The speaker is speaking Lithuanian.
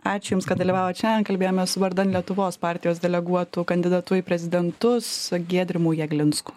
ačiū jums kad dalyvavot šiandien kalbėjomės vardan lietuvos partijos deleguotu kandidatu į prezidentus giedrimu jeglinsku